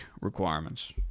requirements